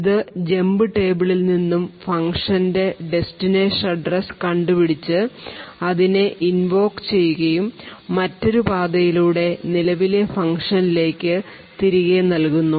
ഇത് ജമ്പ് ടേബിളിൽ നിന്നും ഫങ്ക്ഷൻറെ ഡെസ്റ്റിനേഷൻ അഡ്രസ്സ് കണ്ടുപിടിച്ചു അതിനെ ഇൻവോക് ചെയ്യുകയും മറ്റൊരു പാതയിലൂടെ നിലവിലെ ഫംഗ്ഷനിലേക്ക് തിരികെ നൽകുന്നു